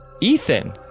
Ethan